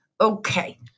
Okay